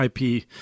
IP